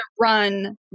run